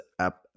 app